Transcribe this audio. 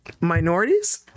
minorities